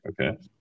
Okay